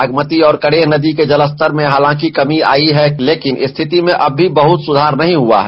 बागमती और करेह नदी के जलस्तर मे हालांकि कमी आयी है लेकिन स्थिति में अब भी बहुत सुधार नहीं हुआ है